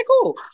cool